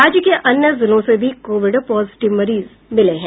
राज्य के अन्य जिलों से भी कोविड पॉजिटिव मरीज मिले हैं